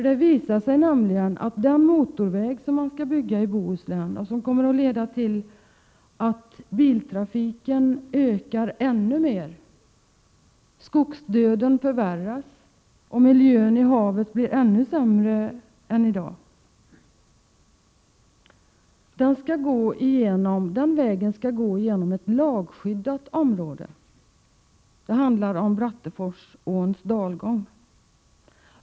Det visar sig nämligen att den motorväg som skall byggas i" Bohuslän och som kommer att leda till att biltrafiken ökar ännu mer, att skogsdöden förvärras och att miljön i havet blir ännu sämre än i dag, skall gå genom ett lagskyddat område, Bratteforsåns dalgång.